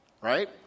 right